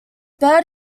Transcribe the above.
bird